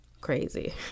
crazy